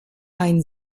ein